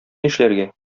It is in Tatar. нишләргә